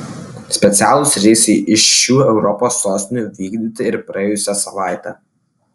specialūs reisai iš šių europos sostinių vykdyti ir praėjusią savaitę